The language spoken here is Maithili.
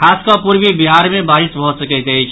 खास कऽ पूर्वी बिहार मे बारिश भऽ सकैत अछि